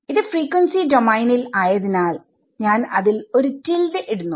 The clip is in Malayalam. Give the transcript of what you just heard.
ഇത് ഫ്രീക്വൻസി ഡോമൈനിൽ ആയതിനാൽ ഞാൻ അതിൽ ഒരു ടിൽഡ് ഇടുന്നു